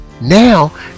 now